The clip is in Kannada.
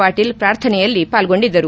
ಪಾಟೀಲ್ ಪ್ರಾರ್ಥನೆಯಲ್ಲಿ ಪಾಲ್ಗೊಂಡಿದ್ದರು